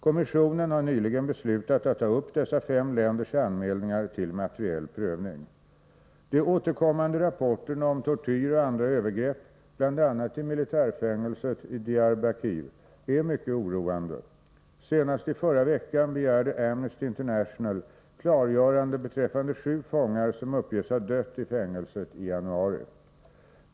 Kommissionen har nyligen beslutat att ta upp dessa fem länders anmälningar till materiell prövning. De återkommande rapporterna om tortyr och andra övergrepp, bl.a. i militärfängelset i Diyarbakir, är mycket oroande. Senast i förra veckan begärde Amnesty International klargöranden beträffande sju fångar som uppges ha dött i fängelset i januari.